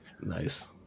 nice